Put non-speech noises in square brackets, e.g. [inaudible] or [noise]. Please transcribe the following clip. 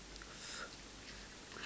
[noise]